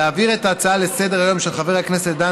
להעביר את ההצעה לסדר-היום של חבר הכנסת דן